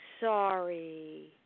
sorry